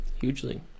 Hugely